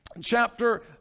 chapter